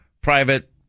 private